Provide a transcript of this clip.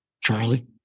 charlie